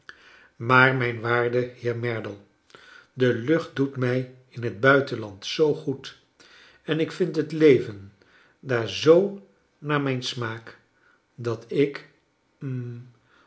maar mijn waarde heer merdle de lucht doet mij in het buitenland zoo goed en ik vlnd het leven daar zoo naar mijn smaak dat ik hm